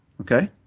Okay